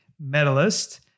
medalist